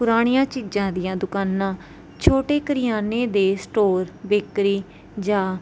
ਪੁਰਾਣੀਆਂ ਚੀਜ਼ਾਂ ਦੀਆਂ ਦੁਕਾਨਾਂ ਛੋਟੇ ਕਰਿਆਨੇ ਦੇ ਸਟੋਰ ਵਿਕਰੀ ਜਾਂ